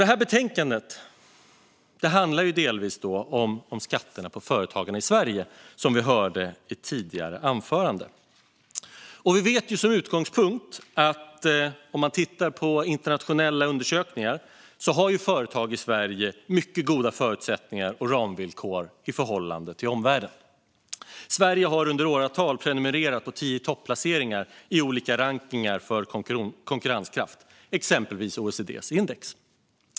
Detta betänkande handlar delvis om skatterna på företagen i Sverige, som vi hörde i ett tidigare anförande. Om man tittar på internationella undersökningar ser man att utgångspunkten är att företag i Sverige har mycket goda förutsättningar och ramvillkor i förhållande till omvärlden. Sverige har i åratal prenumererat på tio-i-topp-placeringar i olika rankningar gällande konkurrenskraft, exempelvis OECD:s index.